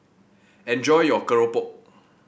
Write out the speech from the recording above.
enjoy your keropok